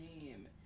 name